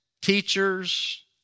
teachers